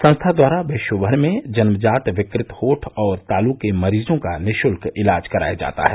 संस्था द्वारा विश्व भर में जन्मजात विकृत होठ और तालू के मरीजों का निःशुल्क इलाज कराया जाता है